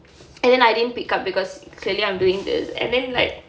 and then I didn't pick up because clearly I'm doing this and then like